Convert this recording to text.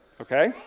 okay